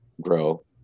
grow